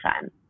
time